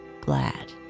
glad